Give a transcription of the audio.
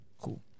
Cool